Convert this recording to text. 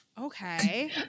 Okay